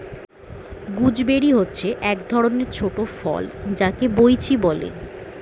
gooseberry হচ্ছে এক ধরণের ছোট ফল যাকে বৈঁচি বলে